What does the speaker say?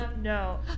No